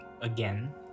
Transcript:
again